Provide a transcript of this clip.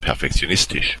perfektionistisch